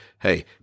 hey